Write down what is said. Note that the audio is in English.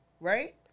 right